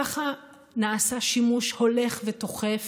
ככה נעשה שימוש הולך ותוכף